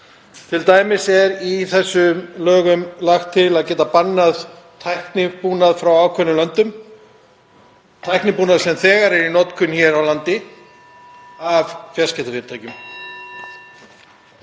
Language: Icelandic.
Til dæmis er í þessum lögum lagt til að hægt verði að banna tæknibúnað frá ákveðnum löndum, tæknibúnað sem þegar er í notkun hér á landi hjá fjarskiptafyrirtækjum.